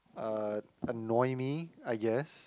uh annoy me I guess